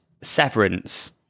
severance